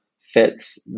fits